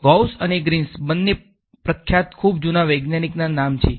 Gauss અને Green બંને પ્રખ્યાત ખૂબ જૂના વૈજ્ઞાનિકના નામ છે